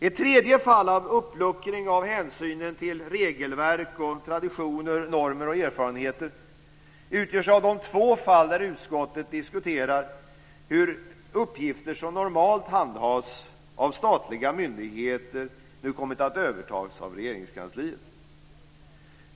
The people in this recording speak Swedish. Ett tredje fall av uppluckring av hänsynen till regelverk och traditioner, normer och erfarenheter utgörs av de två fall där utskottet diskuterar hur uppgifter som normalt handhas av statliga myndigheter nu kommit att övertas av Regeringskansliet.